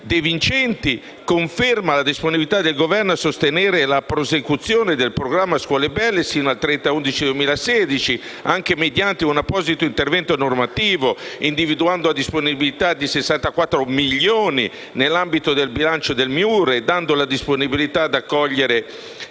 De Vincenti conferma la disponibilità del Governo a sostenere la prosecuzione del programma scuole belle sino al 31 novembre 2016, anche mediante un apposito intervento normativo, individuando la disponibilità di 64 milioni nell'ambito del bilancio del MIUR e dando la disponibilità ad accogliere